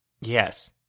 Yes